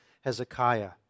Hezekiah